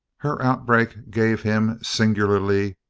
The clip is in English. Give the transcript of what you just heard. her outbreak gave him, singularly,